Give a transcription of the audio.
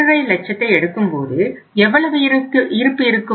5 லட்சத்தை எடுக்கும்போது எவ்வளவு இருப்பு இருக்கும்